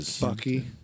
Bucky